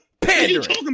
Pandering